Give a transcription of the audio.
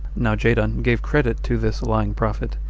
now jadon gave credit to this lying prophet,